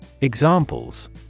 Examples